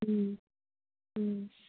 ꯎꯝ ꯎꯝ